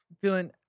Feeling